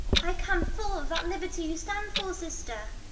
i come full of that liberty you stand for, sister.